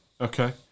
okay